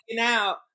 out